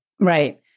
Right